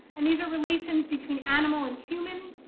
and these are relations between animal and human,